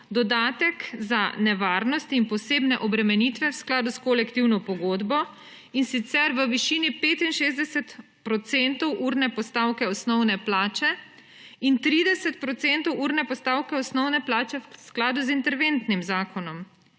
dodatek za nevarnost in posebne obremenitve v skladu s kolektivno pogodbo, in sicer v višini 65 % urne postavke osnovne plače in 30 % urne postavke osnovne plače v skladu z interventnim zakonom,